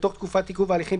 בתוך תקופת עיכוב ההליכים,